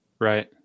Right